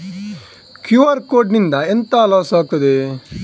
QR code ನಿಂದ ಎಂತ loss ಆಗ್ತದೆ?